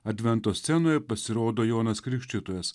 advento scenoje pasirodo jonas krikštytojas